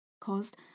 caused